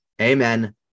Amen